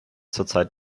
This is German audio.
zurzeit